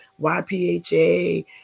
YPHA